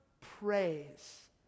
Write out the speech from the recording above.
praise